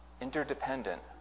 interdependent